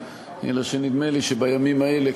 אלא שנדמה לי שבימים האלה,